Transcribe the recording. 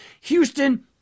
Houston